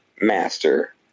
master